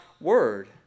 word